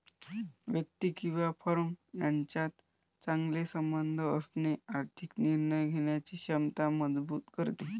व्यक्ती किंवा फर्म यांच्यात चांगले संबंध असणे आर्थिक निर्णय घेण्याची क्षमता मजबूत करते